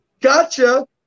Gotcha